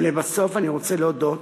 ולבסוף, אני רוצה להודות